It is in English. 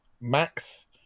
Max